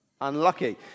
Unlucky